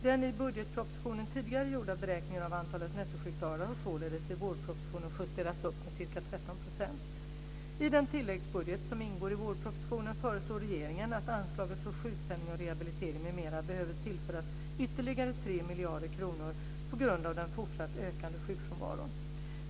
Den i budgetpropositionen tidigare gjorda beräkningen av antalet nettosjukdagar har således i vårpropositionen justerats upp med ca 13 %. miljarder kronor på grund av den fortsatt ökande sjukfrånvaron.